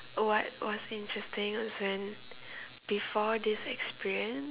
what was interesting was when before this experience